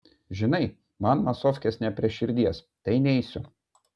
žinai man masofkės ne prie širdies tai neisiu